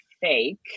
fake